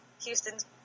Houston's